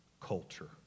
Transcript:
culture